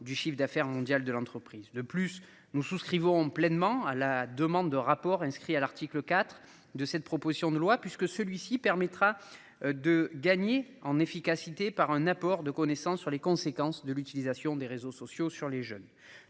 du chiffre d'affaires mondial de l'entreprise. De plus nous souscrivons pleinement à la demande de rapport inscrit à l'article IV de cette proposition de loi puisque celui-ci permettra. De gagner en efficacité par un apport de connaissances sur les conséquences de l'utilisation des réseaux sociaux sur les jeunes.